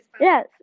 Yes